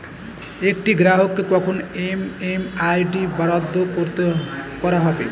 একটি গ্রাহককে কখন এম.এম.আই.ডি বরাদ্দ করা হবে?